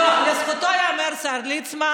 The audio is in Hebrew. שרים.